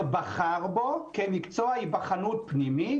כמקצוע היבחנות פנימי.